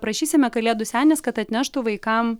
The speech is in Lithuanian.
prašysime kalėdų senis kad atneštų vaikam